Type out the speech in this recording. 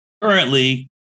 Currently